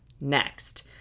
next